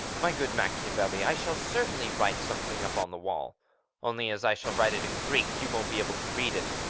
my good machiavelli, i shall certainly write something up on the wall only, as i shall write it in greek, you won't be able to read it.